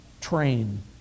train